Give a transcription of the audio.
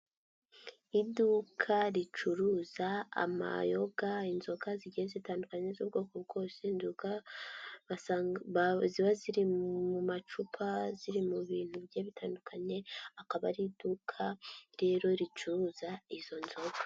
Iduka ricuruza amayoga, inzoga zigiye zitandukanye z'ubwoko bwose, inzoga ziba ziri mu macupa ziri mu bintu bigiye bitandukanye, akaba ari iduka rero ricuruza izo nzoga.